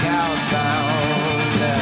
outbound